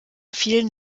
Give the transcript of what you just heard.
vielen